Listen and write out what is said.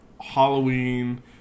Halloween